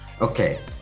Okay